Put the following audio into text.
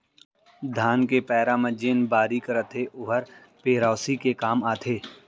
धान के पैरा जेन बारीक रथे ओहर पेरौसी के काम आथे